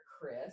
Chris